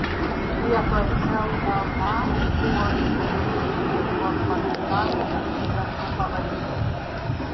vietoj lla buvo įvesti lietuvos partizanų apygardų pavadinimai